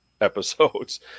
episodes